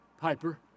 Piper